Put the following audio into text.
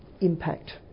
impact